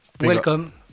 welcome